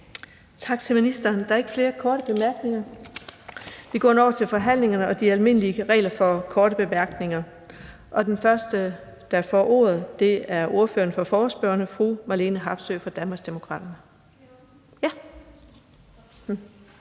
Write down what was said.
Tak til ministeren. Der er ikke flere korte bemærkninger. Vi går nu over til forhandlingen og de almindelige regler for korte bemærkninger, og den første, der får ordet, er ordføreren for forespørgerne, fru Marlene Harpsøe fra Danmarksdemokraterne.